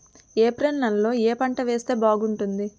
April నెలలో ఏ పంట వేస్తే బాగుంటుంది?